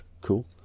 cool